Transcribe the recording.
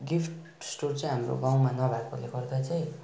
gift store चाहिँ हाम्रो गाउँमा नभएकोले गर्दा चाहिँ